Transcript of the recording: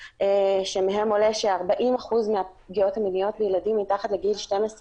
שמהם עולה ש-40% מהפגיעות המיניות בילדים מתחת לגיל 12,